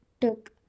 took